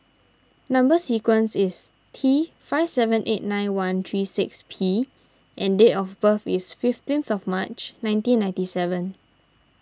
Number Sequence is T five seven eight nine one three six P and date of birth is fifteenth of March nineteen ninety seven